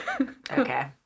Okay